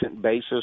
basis